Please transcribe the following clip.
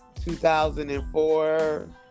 2004